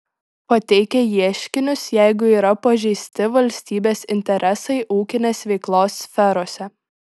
pateikia ieškinius jeigu yra pažeisti valstybės interesai ūkinės veiklos sferose